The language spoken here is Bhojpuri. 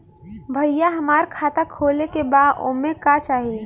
भईया हमार खाता खोले के बा ओमे का चाही?